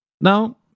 Now